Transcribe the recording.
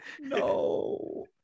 No